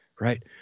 right